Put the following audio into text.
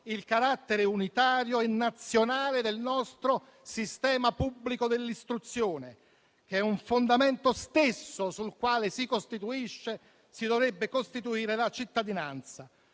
il carattere unitario e nazionale del nostro sistema pubblico d'istruzione, che è un fondamento sul quale si costituisce e si dovrebbe costituire la cittadinanza.